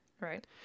Right